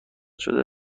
شده